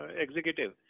executive